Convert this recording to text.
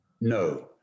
No